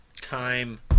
time